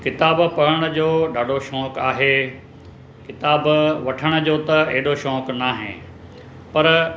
किताब पढ़ण जो ॾाढो शौक़ु आहे किताब वठण जो त एॾो शौक़ न आहे पर